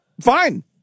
fine